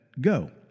go